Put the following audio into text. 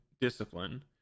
discipline